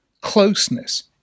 closeness